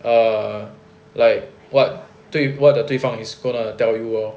err like what 对 what uh the 对方 is gonna tell you lor